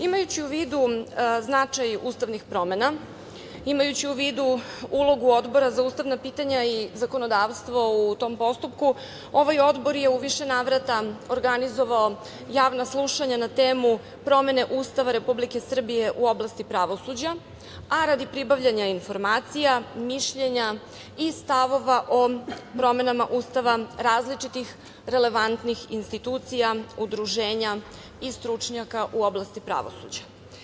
Imajući u vidu značaj ustavnih promena, imajući u vidu ulogu Odbora za ustavna pitanja i zakonodavstvo u tom postupku, ovaj odbor je u više navrata organizovao javna slušanja na temu „Promene Ustava Republike Srbije u oblasti pravosuđa“, a radi pribavljanja informacija, mišljenja i stavova o promenama Ustava različitih relevantnih institucija, udruženja i stručnjaka u oblasti pravosuđa.